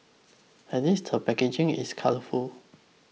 at least the packaging is colourful